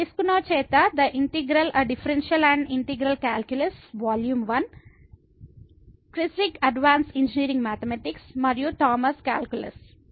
Piskunov చేత the integral a differential and integral calculus volume 1 Kreyszig advanced engineering mathematics మరియు Thomas calculus Thomas' Calculus